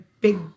big